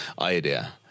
idea